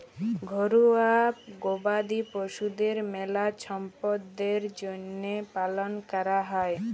ঘরুয়া গবাদি পশুদের মেলা ছম্পদের জ্যনহে পালন ক্যরা হয়